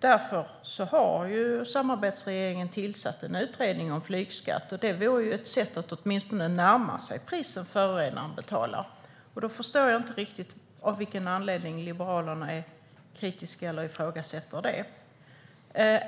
Därför har samarbetsregeringen tillsatt en utredning om flygskatt. Det vore ett sätt att åtminstone närma sig principen att förorenaren betalar. Då förstår jag inte riktigt av vilken anledning Liberalerna är kritiska eller ifrågasätter det.